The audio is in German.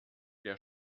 der